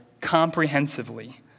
comprehensively